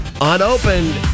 Unopened